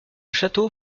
château